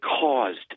caused